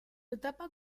etapa